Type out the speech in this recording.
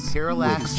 Parallax